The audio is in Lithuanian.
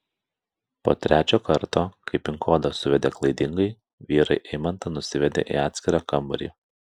po trečio karto kai pin kodą suvedė klaidingai vyrai eimantą nusivedė į atskirą kambarį